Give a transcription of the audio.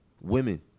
Women